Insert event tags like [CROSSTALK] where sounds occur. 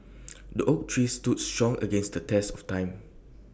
[NOISE] the oak tree stood strong against the test of time